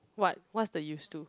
what what's the use to